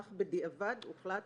אך בדיעבד הוחלט